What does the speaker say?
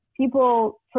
People